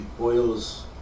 oils